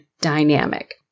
dynamic